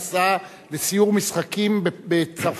נסעה לסיור משחקים בצרפת.